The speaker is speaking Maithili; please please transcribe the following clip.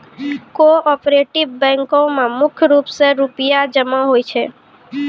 कोऑपरेटिव बैंको म मुख्य रूप से रूपया जमा होय छै